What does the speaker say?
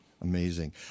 Amazing